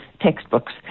textbooks